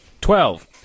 Twelve